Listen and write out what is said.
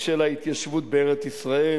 של ההתיישבות בארץ-ישראל,